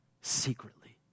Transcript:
secretly